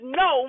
no